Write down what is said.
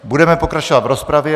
Budeme pokračovat v rozpravě.